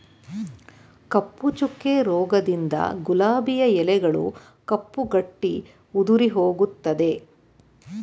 ಕಪ್ಪು ಚುಕ್ಕೆ ರೋಗದಿಂದ ಗುಲಾಬಿಯ ಎಲೆಗಳು ಕಪ್ಪು ಗಟ್ಟಿ ಉದುರಿಹೋಗುತ್ತದೆ